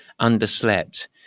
underslept